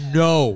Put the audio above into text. no